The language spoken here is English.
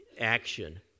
action